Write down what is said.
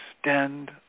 extend